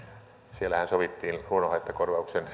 siellähän sovittiin luonnonhaittakorvauksen